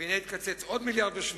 והנה התקצץ עוד 1.8